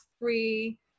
free